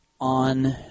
on